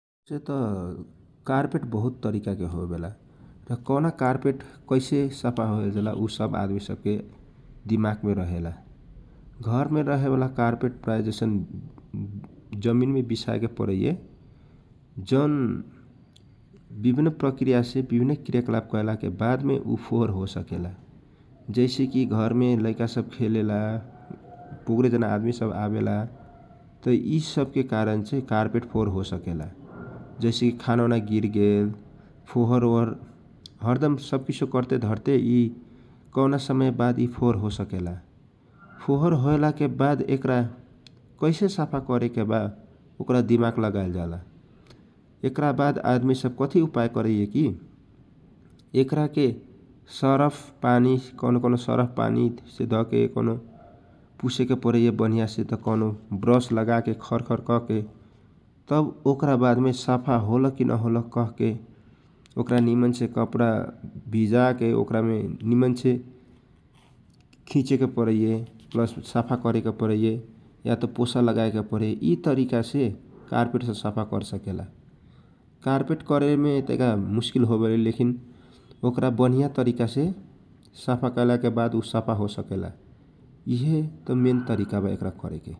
कारपेट बहुत तरिका होवेला आ कौना कारपेट कैसा साफा होवेला उसब आदमी सब के दीमाक में रहेला घरमे रहेवाला कारपेट प्राय जैसन जमिन मे विसाय के परइए जौन विभिन्न कृयाकलाप कैलासे फोहोर हो सकेला जैसे की लइका सब खेलेला घरमे मेहमान सव आयला के कारना छे कहियो खाना ओना गिर्ला छे फोहर हो सकाइए फोहर होयला के बाद सरफ पानी या कपडा से पुस के साफा कर सकेला यिहे एक तरिका बा साफा करेके ।